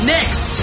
Next